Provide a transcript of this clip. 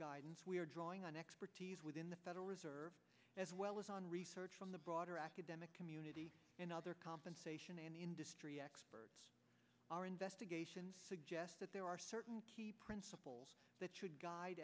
guidance we are drawing on expertise within the federal reserve as well as on research from the broader academic community in other compensation and industry experts our investigations suggest that there are certain principles that should guide